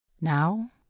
Now